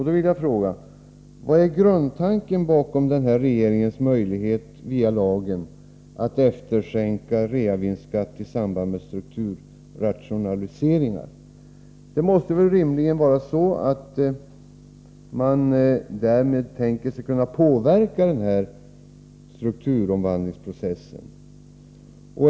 Då vill jag fråga: Vilken är grundtanken bakom den här regeringens möjlighet att enligt lagen efterskänka reavinstskatt i samband med strukturrationaliseringar? Det måste väl rimligen vara så att man därmed tänker sig påverka denna strukturomvandlingsprocess.